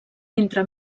entre